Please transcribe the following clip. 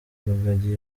rugagi